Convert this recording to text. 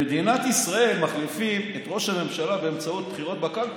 במדינת ישראל מחליפים את ראש הממשלה באמצעות בחירות בקלפי.